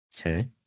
Okay